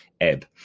ebb